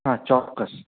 હા ચોક્કસ